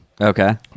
Okay